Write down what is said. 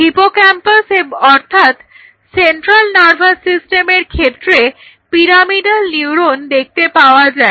hippocampus অর্থাৎ central nervous সিস্টেমের ক্ষেত্রে পিরামিডাল নিউরন দেখতে পাওয়া যায়